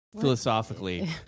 philosophically